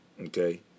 okay